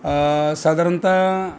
साधारणतः